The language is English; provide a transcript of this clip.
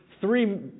three